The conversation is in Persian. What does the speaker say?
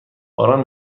باران